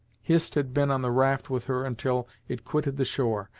hist had been on the raft with her until it quitted the shore,